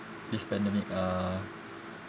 this pandemic uh